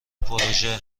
پروژه